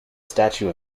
statue